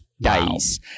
days